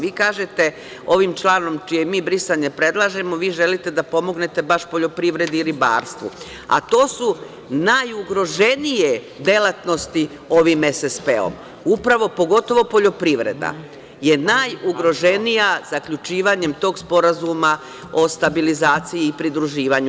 Vi kažete, ovim članom čije mi brisanje predlažemo, vi želite da pomognete baš poljoprivredi i ribarstvu, a to su najugroženije delatnosti ovim SSP-om, pogotovo poljoprivreda je najugroženija zaključivanjem tog sporazuma o stabilizaciji i pridruživanju.